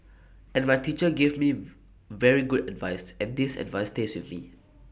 and my teacher gave me very good advice and this advice stays with me